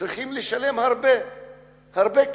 צריכים לשלם הרבה כסף.